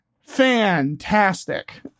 fantastic